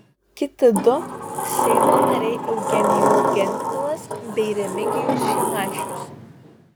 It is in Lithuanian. kiti du seimo nariai eugenijus gentvilas bei remigijus šimašius